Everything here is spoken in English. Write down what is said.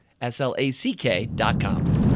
S-L-A-C-K.com